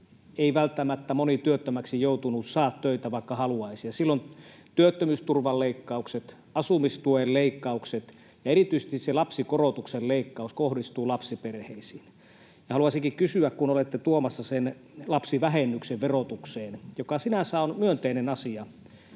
ei välttämättä moni työttömäksi joutunut saa töitä, vaikka haluaisi, ja silloin työttömyysturvan leikkaukset, asumistuen leikkaukset ja erityisesti se lapsikorotuksen leikkaus kohdistuu lapsiperheisiin. Haluaisinkin kysyä tästä, kun olette tuomassa sen lapsivähennyksen verotukseen, joka sinänsä on myönteinen asia,